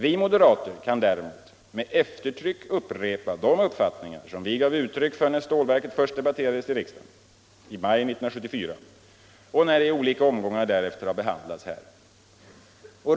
Vi moderater kan däremot med eftertryck upprepa de uppfattningar som vi gav uttryck för när stålverket först debatterades i riksdagen i maj 1974 och när det i olika omgångar därefter har behandlats här.